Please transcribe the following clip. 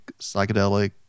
psychedelic